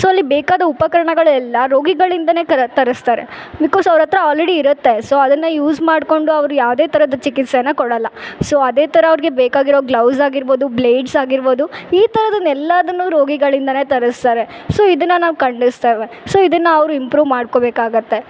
so ಅಲ್ಲಿ ಬೇಕಾದ ಉಪಕರಣಗಳೆಲ್ಲ ರೋಗಿಗಳಿಂದಲೇ ಕರ ತರಿಸ್ತಾರೆ ಬಿಕಾಸ್ ಅವ್ರ ಹತ್ರ ಅಲ್ರೆಡಿಯಿರುತ್ತೆ ಸೋ ಅದನ್ನು ಯೂಸ್ ಮಾಡಿಕೊಂಡು ಅವ್ರು ಯಾವುದೇ ಥರದ ಚಿಕಿತ್ಸೆಯನ್ನು ಕೊಡಲ್ಲ ಸೋ ಅದೇ ಥರ ಅವ್ರಿಗೆ ಬೇಕಾಗಿರೊ ಗ್ಲೋವ್ಸ್ ಆಗಿರ್ಬೌದು ಗ್ಲೈಡ್ಸ್ ಆಗಿರ್ಬೌದು ಈ ಥರದನ್ ಎಲ್ಲಾದನ್ನು ರೋಗಿಗಳಿಂದಲೇ ತರಿಸ್ತಾರೆ ಸೋ ಇದನ್ನು ನಾವು ಖಂಡಿಸ್ತೇವೆ ಸೋ ಇದನ್ನ ಅವರು ಇಂಪ್ರು ಮಾಡ್ಕೋಬೇಕಾಗುತ್ತೆ